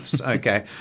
Okay